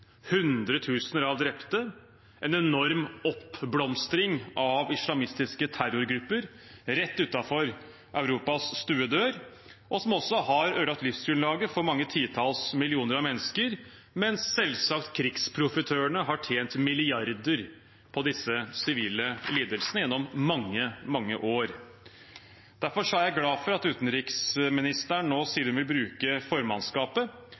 av drepte og en enorm oppblomstring av islamistiske terrorgrupper rett utenfor Europas stuedør, og som også har ødelagt livsgrunnlaget for mange titalls millioner av mennesker, mens krigsprofitørene selvsagt har tjent milliarder av kroner på disse sivile lidelsene gjennom mange, mange år. Derfor er jeg glad for at utenriksministeren nå sier hun vil bruke formannskapet